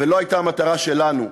ולא המטרה שלנו.